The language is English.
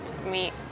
meet